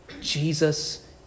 Jesus